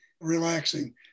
relaxing